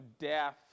death